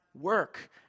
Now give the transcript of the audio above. work